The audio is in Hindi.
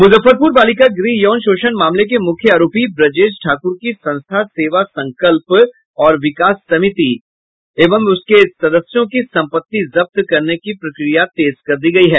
मुजफ्फरपुर बालिका गृह यौन शोषण मामले के मुख्य आरोपी ब्रजेश ठाकुर की संस्था सेवा संकल्प एवं विकास समिति और उसके सदस्यों की संपत्ति जब्त करने की प्रक्रिया तेज कर दी गयी है